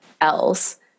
else